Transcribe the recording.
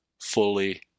fully